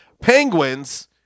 Penguins